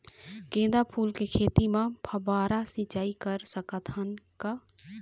गेंदा फूल के खेती म फव्वारा सिचाई कर सकत हन का?